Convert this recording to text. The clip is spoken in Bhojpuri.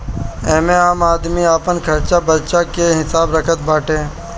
एमे आम आदमी अपन खरचा बर्चा के हिसाब रखत बाटे